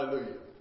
Hallelujah